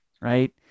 right